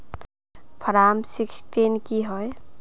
Form sixteen की होय?